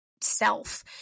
self